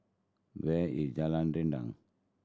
where is Jalan Rendang